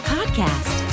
Podcast